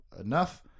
enough